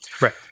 right